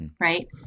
right